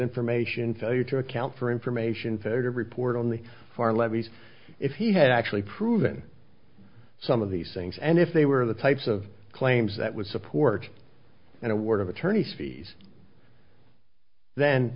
information failure to account for information fair to report on the foreign levies if he had actually proven some of these things and if they were the types of claims that would support an award of attorney fees then